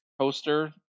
poster